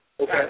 Okay